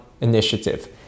initiative